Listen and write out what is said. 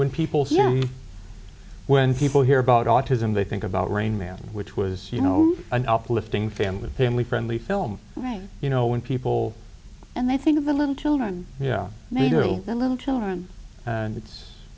when people hear when people hear about autism they think about rain man which was you know and uplifting family family friendly film right you know when people and i think of the little children yeah maybe the little children and it's